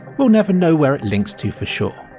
we'll never know where it links to for sure.